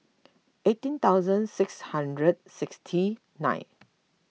eighteen thousand six hundred sixty nine